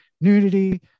nudity